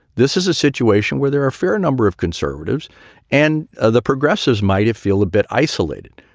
this is a situation where there are a fair number of conservatives and ah the progressives might feel a bit isolated.